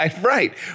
Right